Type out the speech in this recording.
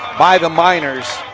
by the miners,